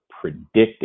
predicting